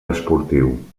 esportiu